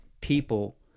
people